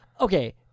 Okay